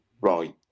right